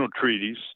treaties